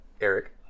Eric